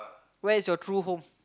where is your true home